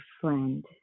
friend